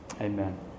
Amen